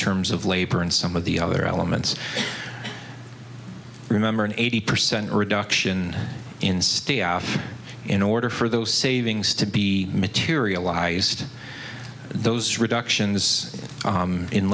terms of labor and some of the other elements remember an eighty percent reduction in stay out in order for those savings to be materialized those reductions